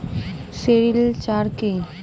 Sericulture কি?